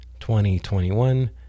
2021